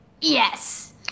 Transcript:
Yes